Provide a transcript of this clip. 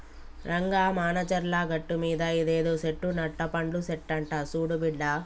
రంగా మానచర్ల గట్టుమీద ఇదేదో సెట్టు నట్టపండు సెట్టంట సూడు బిడ్డా